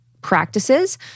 Practices